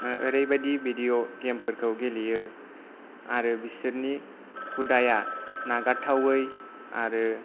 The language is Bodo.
ओरैबायदि भिडिअ गेम फोरखौ गेलेयो आरो बिसोरनि हुदाया नागारथावै आरो